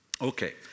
Okay